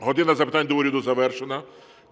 "година запитань до Уряду" завершена.